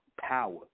power